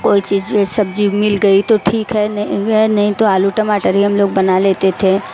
कोई चीज़ जो है सब्ज़ी मिल गई तो ठीक है नहीं नहीं तो आलू टमाटर ही हम लोग बना लेते थे